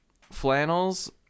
Flannels